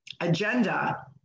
agenda